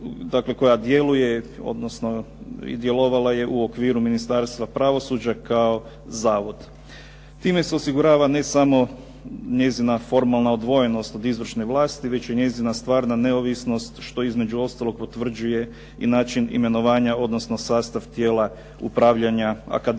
koja je djelovala u okviru Ministarstva pravosuđa kao zavod. Time se osigurava ne samo njezina formalna odvojenost od izvršne vlasti, već i njezina stvarna neovisnost što između ostalog potvrđuje i način imenovanja, odnosno sastav tijela upravljanja akademije.